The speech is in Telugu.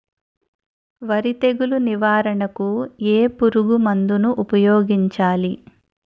వరి తెగుల నివారణకు ఏ పురుగు మందు ను ఊపాయోగించలి?